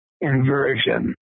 inversion